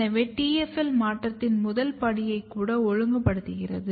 எனவே TFL மாற்றத்தின் முதல் படியைக் கூட ஒழுங்குபடுத்துகிறது